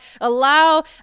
allow